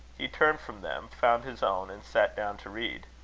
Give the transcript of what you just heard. he turned from them, found his own, and sat down to read.